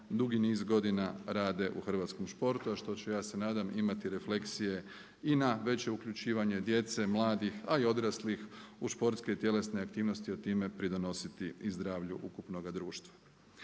dugi niz godina rade u hrvatskom športu a što ću ja se nadam imati refleksije i na veće uključivanje djece, mladih a i odraslih u športske i tjelesne aktivnosti i time pridonositi i zdravlju ukupnoga društva.